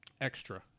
extra